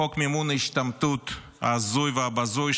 חוק מימון ההשתמטות ההזוי והבזוי,